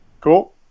cool